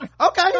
Okay